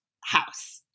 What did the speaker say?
house